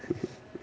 I